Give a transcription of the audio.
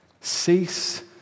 Cease